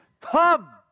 come